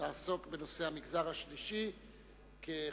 לעסוק בנושא המגזר השלישי כחלוץ.